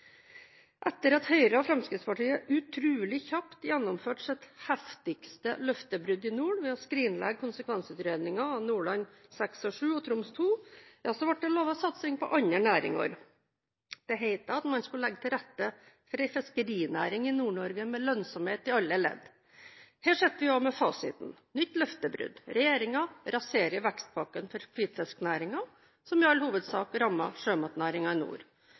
Etter at Høyre og Fremskrittspartiet utrolig kjapt gjennomførte sitt heftigste løftebrudd i nord ved å skrinlegge konsekvensutredningen av Nordland VI og VII og Troms II, ble det lovet satsing på andre næringer. Det het at man skulle legge til rette for en fiskerinæring i Nord-Norge med lønnsomhet i alle ledd. Her sitter vi med fasiten – et nytt løftebrudd: Regjeringen raserer vekstpakken for hvitfisknæringen som i all hovedsak rammer sjømatnæringen i nord.